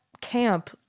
camp